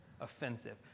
offensive